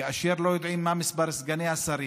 כאשר לא יודעים מה מספר סגני השרים,